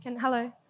Hello